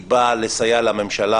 היא באה לסייע לממשלה,